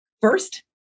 first